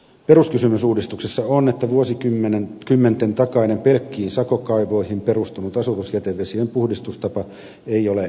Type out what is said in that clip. peruskysymys uudistuksessa on että vuosikymmenten takainen pelkkiin sakokaivoihin perustunut asutusjätevesien puhdistustapa ei ole enää tätä päivää